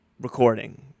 recording